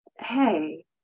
hey